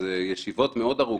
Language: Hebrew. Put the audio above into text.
שזה ישיבות מאוד ארוכות,